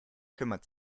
kümmert